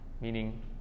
meaning